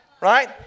Right